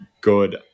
good